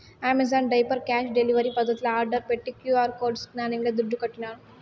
Amazon diaper cash delivery పద్దతిల order పెట్టి QR code స్కానింగ్ల దుడ్లుకట్టినాను